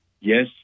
yes